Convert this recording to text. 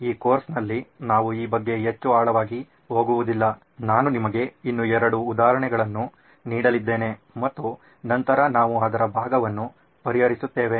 ಈ ಕೋರ್ಸ್ನಲ್ಲಿ ನಾವು ಈ ಬಗ್ಗೆ ಹೆಚ್ಚು ಆಳವಾಗಿ ಹೋಗುವುದಿಲ್ಲ ನಾನು ನಿಮಗೆ ಇನ್ನೂ ಎರಡು ಉದಾಹರಣೆಗಳನ್ನು ನೀಡಲಿದ್ದೇನೆ ಮತ್ತು ನಂತರ ನಾವು ಅದರ ಭಾಗವನ್ನು ಪರಿಹರಿಸುತ್ತೇವೆ